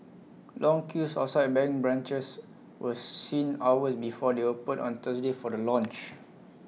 long queues outside bank branches were seen hours before they opened on Thursday for the launch